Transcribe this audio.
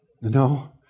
No